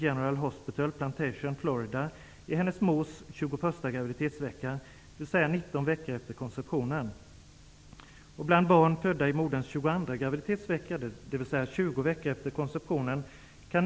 Kenya King föddes den 16 juni 1985 på Kalifornien. Detta var bara några exempel från listan.